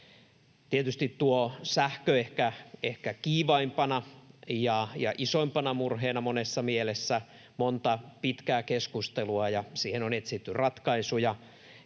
Tietysti sähkö ehkä on kiivaimpana ja isoimpana murheena monessa mielessä — monta pitkää keskustelua on käyty, ja siihen on etsitty ratkaisuja.